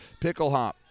Picklehop